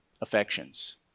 affections